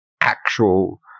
actual